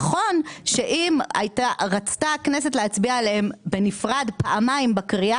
נכון שאם רצתה הכנסת להצביע עליהם בנפרד פעמיים בקריאה